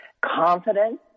confidence